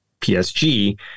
PSG